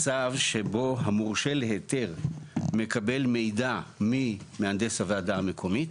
שבו המורשה להיתר מקבל מידע ממהנדס הוועדה המקומית,